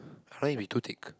I like it to be too thick